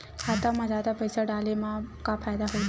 खाता मा जादा पईसा डाले मा का फ़ायदा होही?